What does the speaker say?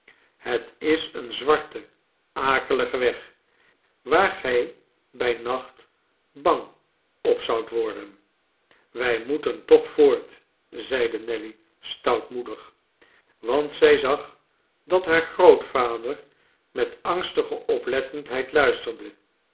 het is een zwarte akelige weg waar gij bij nacht bang op zoudt worden wij moeten toch voort zeide nelly stoutmoedig want zjj zag dat haar grootvader met angstige oplettendheid luisterde